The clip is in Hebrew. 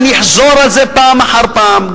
ואני אחזור על זה פעם אחר פעם,